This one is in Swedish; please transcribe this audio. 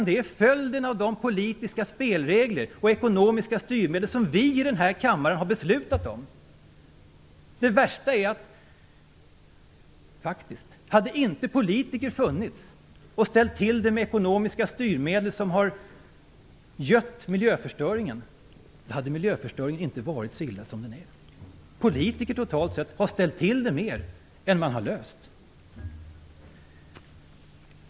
Det är följden av de politiska spelregler och ekonomiska styrmedel som vi i den här kammaren har fattat beslut om. Det värsta är faktiskt att om politiker inte hade funnits och ställt till det med ekonomiska styrmedel som har gött miljöförstöringen hade miljöförstöringen inte varit så illa som den är. Politiker har totalt sett ställt till det mera än de har löst.